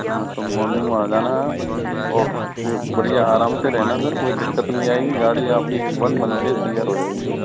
हाँ तो मॉर्निंग में आ जाना आप और फिर बढ़िया आराम से रहना सर कोई दिक्कत नहीं आएगी गाड़ी आप की ए वन बन के तैयार हो जाएगी सर